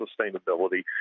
sustainability